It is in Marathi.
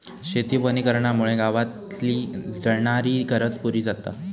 शेती वनीकरणामुळे गावातली जळणाची गरज पुरी जाता